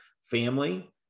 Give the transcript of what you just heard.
family